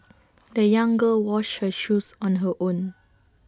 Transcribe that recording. the young girl washed her shoes on her own